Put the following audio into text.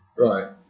Right